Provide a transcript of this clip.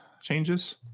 changes